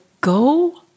go